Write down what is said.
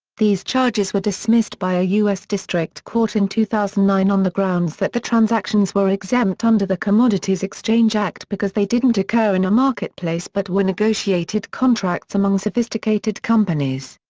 these charges were dismissed by a us district court in two thousand and nine on the grounds that the transactions were exempt under the commodities exchange act because they didn't occur in a marketplace but were negotiated contracts among sophisticated companies.